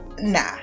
Nah